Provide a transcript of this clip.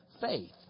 faith